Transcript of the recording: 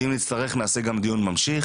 ואם נצטרך, נעשה גם דיון ממשיך,